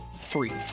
free